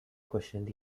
questioned